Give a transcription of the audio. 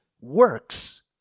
works